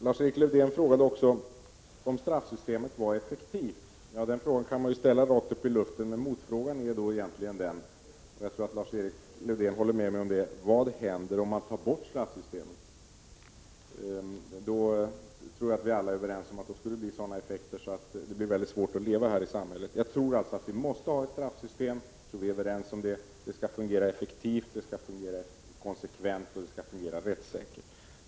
Lars-Erik Lövdén frågade också om straffsystemet var effektivt. Den frågan kan man ju ställa rakt ut i luften. Men motfrågan blir då, och det tror jag att Lars-Erik Lövdén håller med mig om: Vad händer egentligen om man tar bort straffsystemet? Jag tror att vi alla är överens om att det skulle bli sådana effekter att det blev väldigt svårt att leva här i samhället. Jag tror alltså att vi måste ha ett straffsystem och att vi är överens om detta. Det skall fungera effektivt, vara konsekvent och det skall fungera ur rättssäkerhetssynpunkt.